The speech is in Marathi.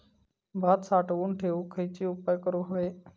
भात साठवून ठेवूक खयचे उपाय करूक व्हये?